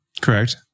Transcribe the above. Correct